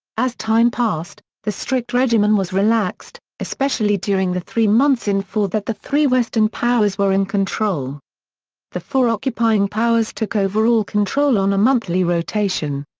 as time passed, the strict regimen was relaxed, especially during the three months in four that the three western powers were in control the four occupying powers took overall control on a monthly rotation.